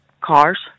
car's